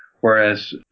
Whereas